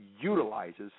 utilizes